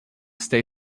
stay